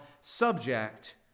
subject